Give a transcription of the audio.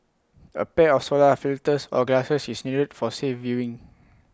A pair of solar filters or glasses is needed for safe viewing